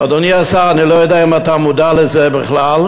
אדוני השר, אני לא יודע אם אתה מודע לזה בכלל.